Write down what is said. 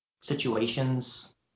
situations